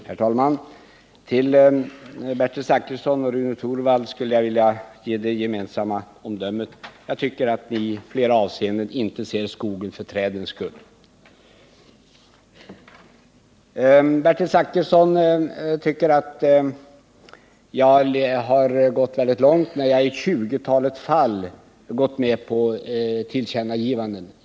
Herr talman! Det omdöme som jag vill ge Bertil Zachrisson och Rune Torwald är: Ni ser inte ser skogen för bara träd. Bertil Zachrisson tycker att jag sträckt mig väldigt långt när jag i 20-talet fall gått med på tillkännagivanden.